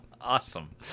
Awesome